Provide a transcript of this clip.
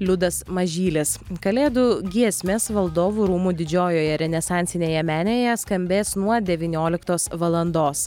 liudas mažylis kalėdų giesmės valdovų rūmų didžiojoje renesansinėje menėje skambės nuo devynioliktos valandos